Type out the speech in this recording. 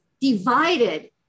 divided